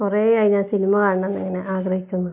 കുറെ ആയി ഞാൻ സിനിമ കാണണം എന്നിങ്ങനെ ആഗ്രഹിക്കുന്നു